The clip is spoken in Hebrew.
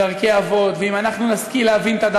יש